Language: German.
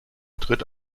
tritt